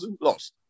lost